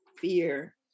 fear